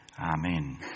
Amen